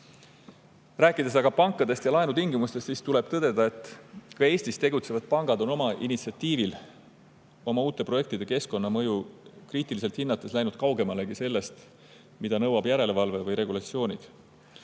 Rääkides aga pankadest ja laenutingimustest, tuleb tõdeda, et ka Eestis tegutsevad pangad on oma initsiatiivil oma uute projektide keskkonnamõju kriitiliselt hinnates läinud kaugemalegi sellest, mida nõuavad järelevalve ja regulatsioonid.